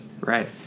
right